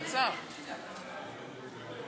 וחברי חברי הכנסת,